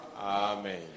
Amen